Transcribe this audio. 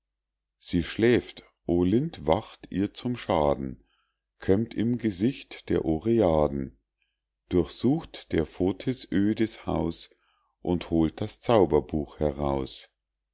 sie schläft olint wacht ihr zum schaden kömmt im gesicht der oreaden durchsucht der fotis ödes haus und holt das zauberbuch heraus